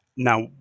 Now